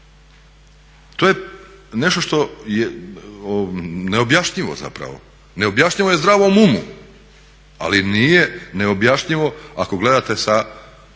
To je nešto što je neobjašnjivo zapravo, neobjašnjivo je zdravom umu ali nije neobjašnjivo ako gledate sa